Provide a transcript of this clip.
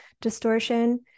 distortion